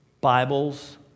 Bibles